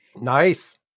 Nice